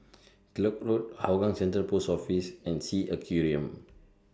Kellock Road Hougang Central Post Office and S E A Aquarium